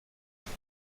wird